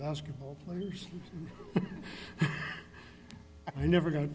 basketball players i never got